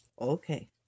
Okay